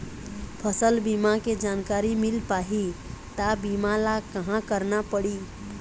फसल बीमा के जानकारी मिल पाही ता बीमा ला कहां करना पढ़ी?